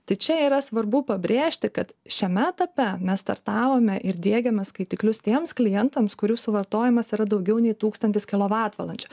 tai čia yra svarbu pabrėžti kad šiame etape mes startavome ir diegiame skaitiklius tiems klientams kurių suvartojimas yra daugiau nei tūkstantis kilovatvalandžių